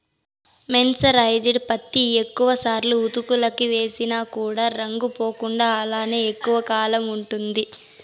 mercerised పత్తి ఎక్కువ సార్లు ఉతుకులకి వేసిన కూడా రంగు పోకుండా అలానే ఎక్కువ కాలం ఉంటుంది